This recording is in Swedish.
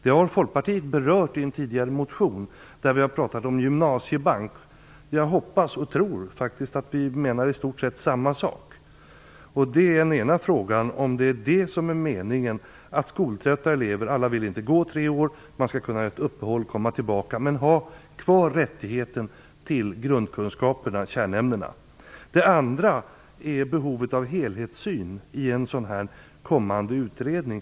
Detta har Folkpartiet i en motion tidigare berört, där vi har talat om en gymnasiebank. Jag hoppas och tror att vi menar i stort sett samma sak. Min ena fråga lyder: Är det meningen att skoltrötta elever - alla vill inte gå i tre år, man vill göra ett uppehåll och komma tillbaka - skall ha kvar rättigheten till grundkunskaperna, kärnämnena? Min andra fråga gäller behovet av helhetssyn i en kommande utredning.